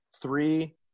three